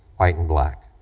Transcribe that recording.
white and black.